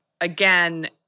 again